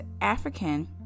African